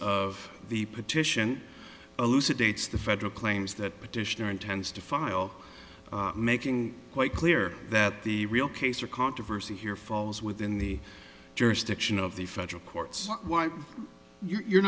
of the petition elucidates the federal claims that petitioner intends to file making quite clear that the real case or controversy here falls within the jurisdiction of the federal courts why you're